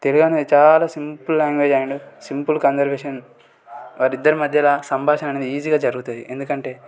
తెలుగు అనేది చాలా simple language and simple conversation వాళ్ళిద్దరి మధ్యలో సంభాషణ అనేది ఈజీగా జరుగుతుంది ఎందుకంటే